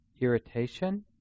irritation